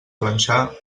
planxar